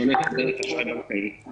שהולך לשחרר אשראי בנקאי.